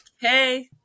Hey